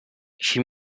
she